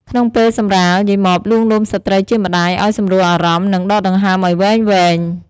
ក្នុងពេលសម្រាល យាយម៉បលួងលោមស្ត្រីជាម្ដាយឱ្យសម្រួលអារម្មណ៍ និង ដកដង្ហើមឱ្យវែងៗ។